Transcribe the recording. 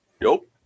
Nope